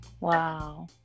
Wow